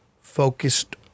focused